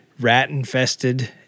rat-infested